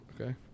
Okay